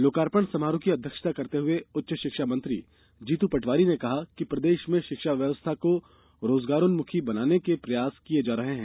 लोकार्पण समारोह की अध्यक्षता करते हुए उच्च शिक्षा मंत्री जीतू पटवारी ने कहा कि प्रदेश में शिक्षा व्यवस्था को रोजगारोन्मुखी बनाने के प्रयास किये जा रहे हैं